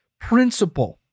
principle